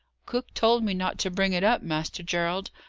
cook told me not to bring it up, master gerald.